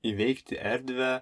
įveikti erdvę